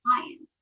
clients